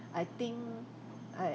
I think I